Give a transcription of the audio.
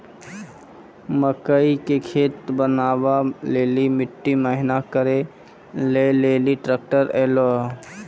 मकई के खेत बनवा ले ली मिट्टी महीन करे ले ली ट्रैक्टर ऐलो?